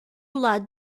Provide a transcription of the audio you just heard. lado